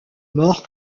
mort